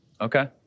Okay